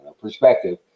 perspective